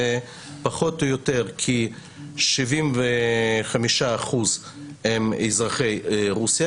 זה פחות או יותר כ-75% אזרחי רוסיה,